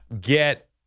get